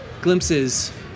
glimpses